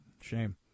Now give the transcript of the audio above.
Shame